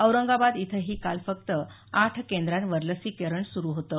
औरंगाबाद इथंही काल फक्त आठ केंद्रांवर लसीकरण सुरू होतं